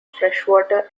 freshwater